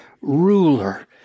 ruler